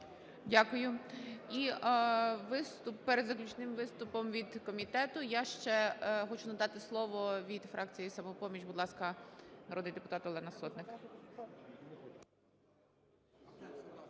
Дякую. І виступ, перед заключним виступом від комітету я ще хочу надати слово від фракції "Самопоміч". Будь ласка, народний депутат Олена Сотник.